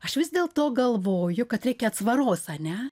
aš vis dėl to galvoju kad reikia atsvaros ane